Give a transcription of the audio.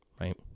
right